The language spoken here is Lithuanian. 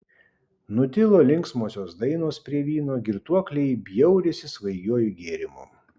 nutilo linksmosios dainos prie vyno girtuokliai bjaurisi svaigiuoju gėrimu